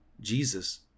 Jesus